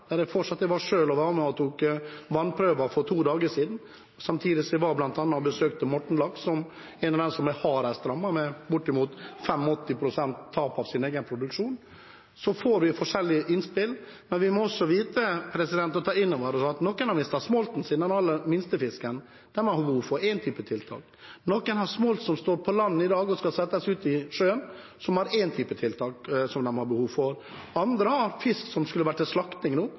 Jeg var selv med og tok vannprøver for to dager siden, samtidig som jeg bl.a. besøkte Mortenlaks, som er en av dem som er hardest rammet, med bortimot 85 pst. tap av sin egen produksjon. Vi får forskjellige innspill, men vi må også vite og ta inn over oss at noen har mistet smolten sin, den aller minste fisken. De har behov for én type tiltak. Noen har smolt som står på land i dag, og som skal settes ut i sjøen. De har behov for én type tiltak. Andre har fisk som nå skulle vært til slakting – de har et annet behov for